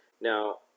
Now